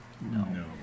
No